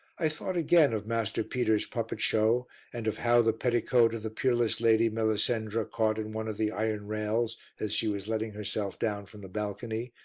i thought again of master peter's puppet-show and of how the petticoat of the peerless lady melisendra caught in one of the iron rails as she was letting herself down from the balcony,